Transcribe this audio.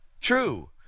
True